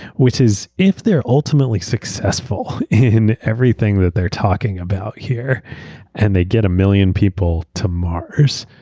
which is if they're ultimately successful in everything that they're talking about here and they get a million people to mars,